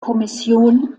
kommission